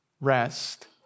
rest